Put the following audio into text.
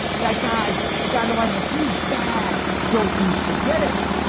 that guy, the guy in the white house, he is bad. don't you forget it.